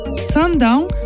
Sundown